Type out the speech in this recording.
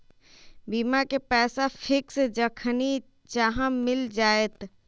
बीमा के पैसा फिक्स जखनि चाहम मिल जाएत?